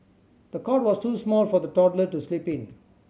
the cot was too small for the toddler to sleep in